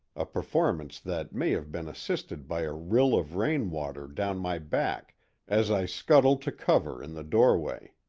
a performance that may have been assisted by a rill of rain-water down my back as i scuttled to cover in the doorway.